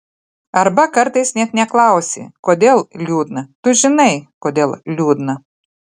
arba kartais net neklausi kodėl liūdna tu žinai kodėl liūdna